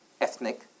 ethnic